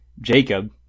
jacob